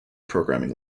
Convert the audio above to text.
programming